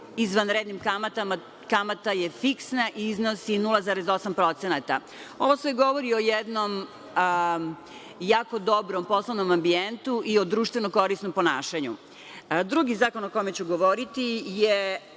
izvanrednim kamatama, kamata je fiksna i iznosi 0,8%. Ovo sve govori o jednom jako dobrom poslovnom ambijentu i o društveno korisnom ponašanju. Drugi zakon o kome ću govoriti je